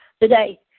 today